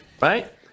Right